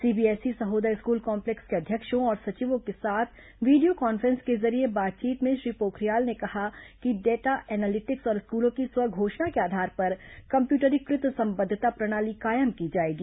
CBSE Sahodaya school complex के अध्यक्षों और सचिवों के साथ वीडियो कॉन्फ्रेंस के जरिए बातचीत में श्री पोखरियाल ने कहा कि डेटा एनालिटिक्स और स्कूलों की स्व घोषणा के आधार पर कम्यूटरीकृत संबद्धता प्रणाली कायम की जाएगी